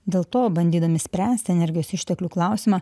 dėl to bandydami spręsti energijos išteklių klausimą